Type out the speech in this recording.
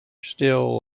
still